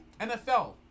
NFL